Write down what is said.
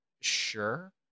sure